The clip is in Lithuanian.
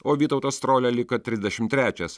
o vytautas strolia liko trisdešimt trečias